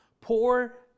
poor